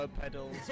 pedals